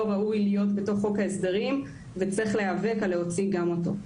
ראוי להיות בתוך חוק ההסדרים וצריך להיאבק להוציא גם אותו.